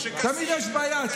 תמיד יש בעיה.